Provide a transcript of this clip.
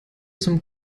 zum